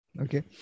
Okay